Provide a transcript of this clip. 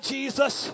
Jesus